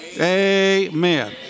Amen